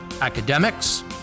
academics